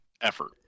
effort